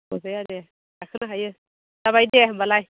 अरजाया दे गोखोनो हायो जाबाय दे होम्बालाय